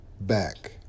back